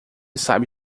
sabe